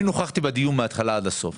אני נכחתי בדיון מההתחלה עד הסוף.